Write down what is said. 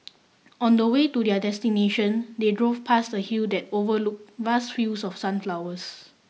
on the way to their destination they drove past a hill that overlooked vast fields of sunflowers